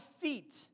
feet